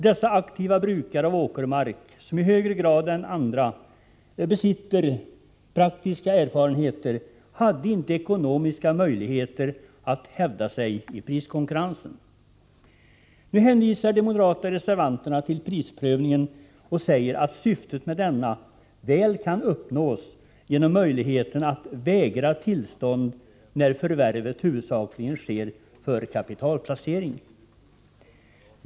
Dessa aktiva brukare av åkermark — som i högre grad än många andra besitter praktiska erfarenheter — har inte haft ekonomiska möjligheter att hävda sig i priskonkurrensen. Nu hänvisar de moderata reservanterna till prisprövningen och säger att syftet med denna väl kan uppnås genom möjligheten att vägra tillstånd när förvärvet huvudsakligen sker för kapitalplacering.